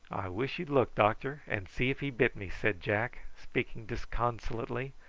wish you'd look, doctor, and see if he bit me, said jack, speaking disconsolately.